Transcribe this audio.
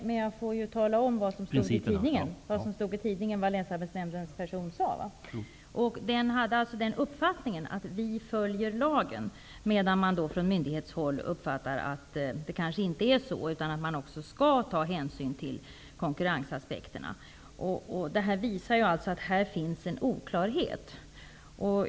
Herr talman! Jag får ändå tala om vad som stod i tidningen, vad Länsarbetsnämndens företrädare sade. Denne hade den uppfattningen att vi följer lagen, medan man från myndighetshåll menar att det kanske inte är så, utan att man också skall ta hänsyn till konkurrensaspekterna. Det här visar att det här finns en oklarhet.